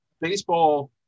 baseball